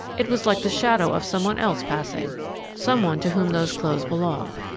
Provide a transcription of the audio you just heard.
it was like the shadow of some one else passing some one to whom those clothes belonged.